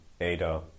Ada